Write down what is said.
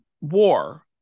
war